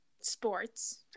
sports